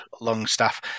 Longstaff